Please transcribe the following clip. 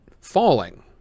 falling